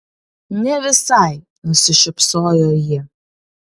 ne visai nusišypsojo ji